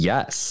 Yes